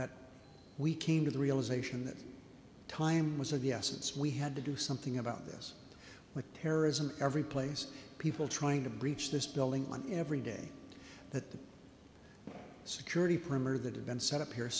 that we came to the realization that time was of the essence we had to do something about this with terrorism every place people trying to breach this building on every day that the security perimeter that had been set up here